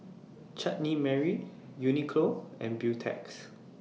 Chutney Mary Uniqlo and Beautex